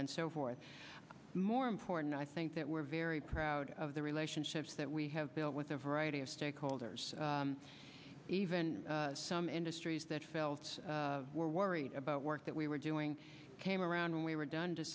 and so forth more important i think that we're very proud of the relationships that we have built with a variety of stakeholders even some industries that felt were worried about work that we were doing came around we were done to